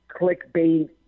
clickbait